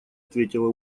ответила